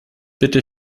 bitte